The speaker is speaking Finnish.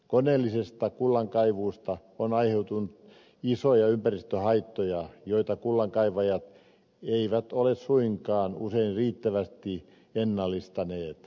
koneellisesta kullankaivusta on aiheutunut isoja ympäristöhaittoja joita kullankaivajat eivät ole suinkaan usein riittävästi ennallistaneet